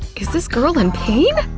is this girl in pain?